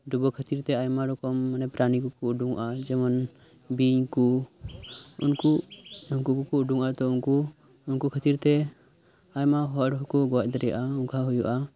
ᱰᱩᱵᱟᱹ ᱠᱷᱟᱛᱤᱨ ᱛᱮ ᱟᱭᱢᱟ ᱨᱚᱠᱚᱢ ᱢᱟᱱᱮ ᱯᱨᱟᱱᱤ ᱠᱚᱠᱚ ᱳᱰᱳᱝᱚᱜᱼᱟ ᱡᱮᱢᱚᱱ ᱵᱤᱧ ᱠᱚ ᱩᱱᱠᱩ ᱩᱱᱠᱩ ᱠᱚᱠᱚ ᱳᱰᱳᱝᱚᱜᱼᱟ ᱛᱚ ᱩᱱᱠᱩ ᱠᱚ ᱩᱱᱠᱩ ᱠᱷᱟᱛᱤᱨ ᱛᱮ ᱟᱭᱢᱟ ᱦᱚᱲ ᱦᱚᱸᱠᱚ ᱜᱚᱡ ᱫᱟᱲᱮᱭᱟᱜᱼᱟ ᱚᱱᱠᱟ ᱦᱳᱭᱳᱜᱼᱟ